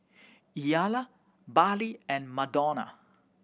Ila Bartley and Madonna